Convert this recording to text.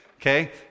Okay